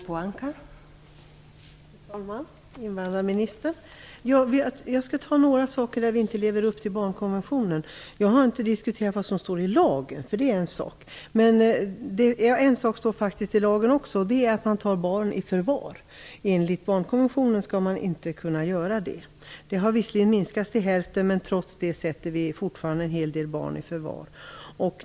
Fru talman! Invandrarministern! Jag skall ta några exempel på när vi inte lever upp till barnkonventionen. Jag har inte diskuterat vad som står i lag. Det är en sak. Jo, en sak står faktiskt i lagen också. Det är att man tar barn i förvar. Enligt barnkonventionen skall man inte kunna göra det. Antalet fall har visserligen minskat till hälften, trots det tar vi fortfarande en hel del barn i förvar.